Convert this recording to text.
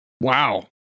Wow